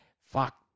Fuck